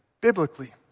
biblically